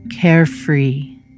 carefree